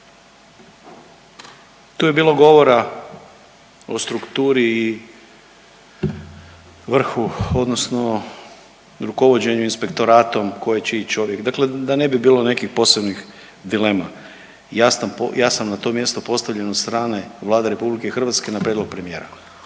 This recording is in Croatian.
Tu je bilo govora o strukturi i vrhu odnosno rukovođenju inspektoratom tko je čiji čovjek, dakle da ne bi bilo nekih posebnih dilema ja sam na to mjesto postavljen od strane Vlade RH na prijedlog premijera,